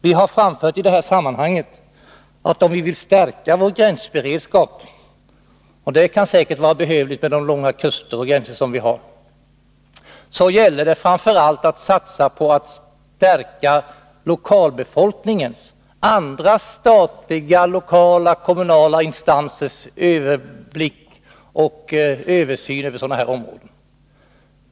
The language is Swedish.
Vi från vpk har i detta sammanhang framfört att om vi vill stärka vår gränsberedskap — och det kan säkert vara behövligt med de långa kuster och gränser som vi har — gäller det framför allt att satsa på att stärka lokalbefolkningens och andra lokala statliga och kommunala instansers överblick och översyn över sådana här områden.